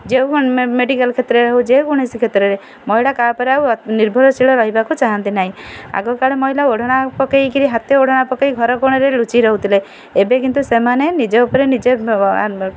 ଯେଉଁ ମେଡ଼ିକାଲ୍ କ୍ଷେତ୍ରରେ ହେଉ ଯେକୌଣସି କ୍ଷେତ୍ରରେ ମହିଳା କାହା ଉପରେ ଆଉ ନିର୍ଭରଶୀଳ ରହିବାକୁ ଚାହାନ୍ତି ନାହିଁ ଆଗକାଳ ମହିଳା ଓଢ଼ଣା ପକାଇକରି ହାତ ଓଢ଼ଣା ପକାଇ ଘର କୋଣରେ ଲୁଚି ରହୁଥିଲେ ଏବେ କିନ୍ତୁ ସେମାନେ ନିଜ ଉପରେ ନିଜେ